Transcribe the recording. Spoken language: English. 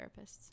therapists